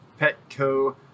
Petco